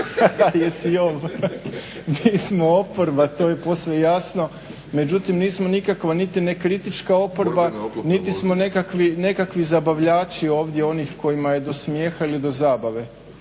razumije./… Mi smo oporba to je posve jasno, međutim nismo nikakva niti nekritička oporba, niti smo nekakvi zabavljači ovdje onih kojima je do smijeha ili do zabave.